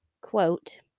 quote